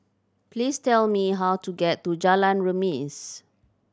please tell me how to get to Jalan Remis